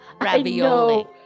Ravioli